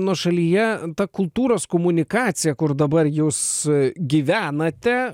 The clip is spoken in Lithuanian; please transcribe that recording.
nuošalyje ta kultūros komunikacija kur dabar jūs gyvenate